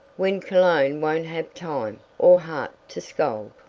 when cologne won't have time, or heart, to scold.